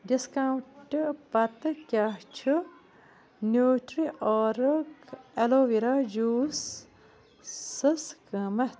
ڈسکاونٛٹہٕ پتہٕ کیٛاہ چھُ نیٛوٹرٛیارٕگ ایٚلو ویرا جیٛوٗس سَس قۭمتھ